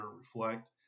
reflect